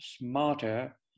smarter